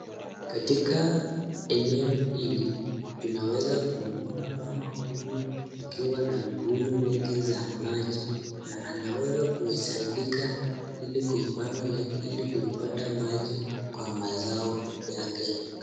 Katika eneo hili, tunaweza kumwona mama huyu akiwa na mibuyu mingi za maji na anaweza kusaidika ili kuipanga laini ili kuikota maji kwa mazao yake.